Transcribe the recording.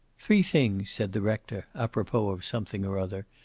three things, said the rector, apropos of something or other,